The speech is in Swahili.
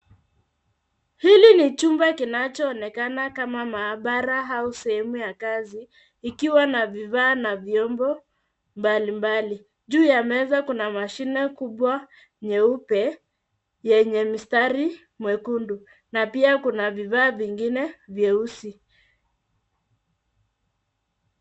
Hili ni chumba kinachoonekana kama maabara au sehemu ya kazi ikiwa na vifaa na vyombo mbalimbali. Juu ya meza kuna mashine kubwa nyeupe yenye mstari mwekundu na pia kuna vifaa vingine vyeusi.